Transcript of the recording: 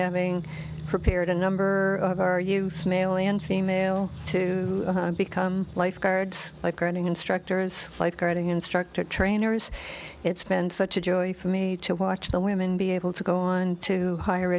having prepared a number of our youths male and female to become lifeguards like running instructors lifeguarding instructor trainers it's been such a joy for me to watch the women be able to go on to higher